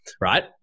Right